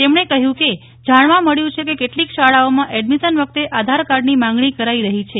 તેમણે કહયું કે યુઆઈડીએઆઈ ને જાણવા મળ્યું છે કે કેટલીક શાળાઓમાં એડમિશન વખતે આધાર કાર્ડની માંગણી કરાઈ રહી છે